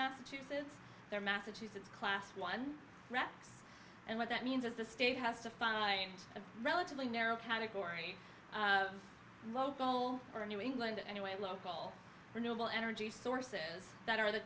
massachusetts they're massachusetts class one rex and what that means is the state has to fund a relatively narrow category of local or new england anyway local renewable energy sources that are the